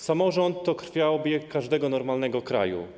Samorząd to krwiobieg każdego normalnego kraju.